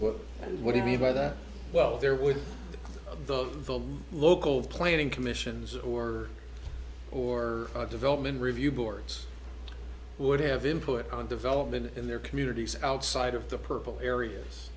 and what do you mean by that well they're with the local planning commissions or or development review boards would have input on development in their communities outside of the purple areas